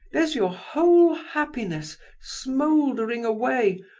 there's your whole happiness smouldering away,